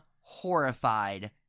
horrified